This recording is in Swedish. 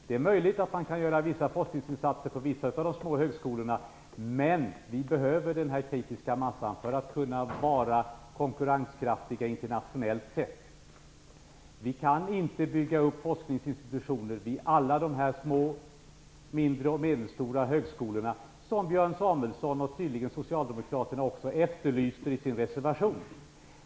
Det är möjligt att man kan göra vissa forskningsinsatser på några av de små högskolorna, men vi behöver den kritiska massan för att kunna vara konkurrenskraftiga internationellt sett. Vi kan inte bygga upp forskningsinstitutioner vid alla små och medelstora högskolor, vilket Björn Samuelson efterlyste och tydligen också socialdemokraterna i sin reservation.